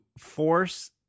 force